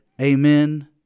Amen